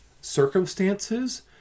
circumstances